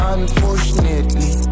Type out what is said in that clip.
Unfortunately